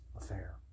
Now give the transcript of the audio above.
affair